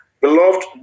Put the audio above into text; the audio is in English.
Beloved